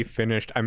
finished